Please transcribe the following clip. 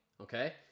okay